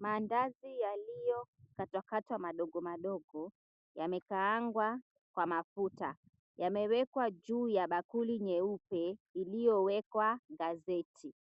Maandazi yaliyo katwa katwa madogo madogo yamekaangwa kwa mafuta. yamewekwa juu ya bakuli nyeupe iliyowekwa gazeti.